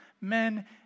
men